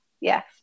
yes